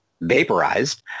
vaporized